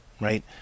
right